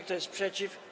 Kto jest przeciw?